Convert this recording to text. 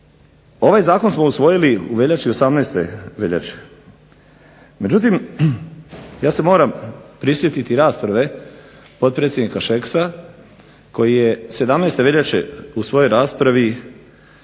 Ovaj zakon smo usvojili 18. veljače, međutim, ja se moram prisjetiti rasprave potpredsjednika Šeksa koji je 17. veljače u svojoj raspravi